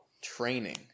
training –